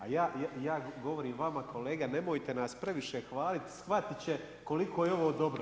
A ja govorim vama kolega nemojte nas previše hvalit shvatit će koliko je ovo dobro.